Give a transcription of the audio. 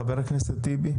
חבר הכנסת טיבי.